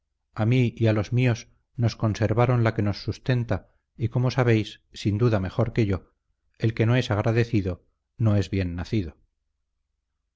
a mí y a los míos nos conservaron la que nos sustenta y como sabéis sin duda mejor que yo el que no es agradecido no es bien nacido